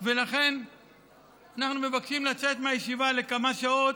אנו מבקשים לצאת מהישיבה לכמה שעות,